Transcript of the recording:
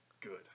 Good